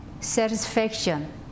satisfaction